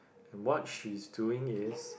what she's doing is